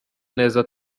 neza